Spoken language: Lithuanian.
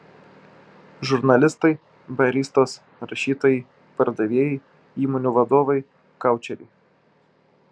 žurnalistai baristos rašytojai pardavėjai įmonių vadovai koučeriai